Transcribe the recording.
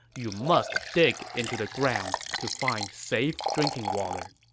you must dig into the ground to find safe drinking water.